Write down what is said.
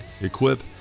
equip